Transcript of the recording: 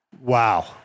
wow